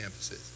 campuses